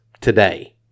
today